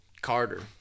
Carter